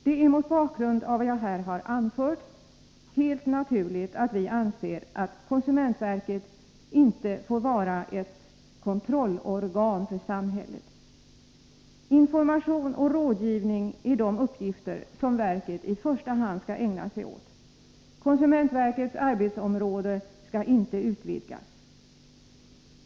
Det är mot bakgrund av vad jag här har anfört helt naturligt att vi anser, att konsumentverket inte får vara ett kontrollorgan i samhället. Information och rådgivning är de uppgifter som verket i första hand skall ägna sig åt. Konsumentverkets arbetsområde skall inte utvidgas.